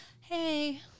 hey